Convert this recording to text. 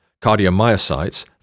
cardiomyocytes